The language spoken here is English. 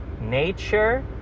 nature